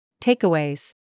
Takeaways